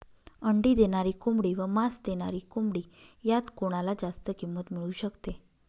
अंडी देणारी कोंबडी व मांस देणारी कोंबडी यात कोणाला जास्त किंमत मिळू शकते?